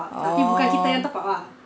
oh